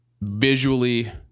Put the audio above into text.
Visually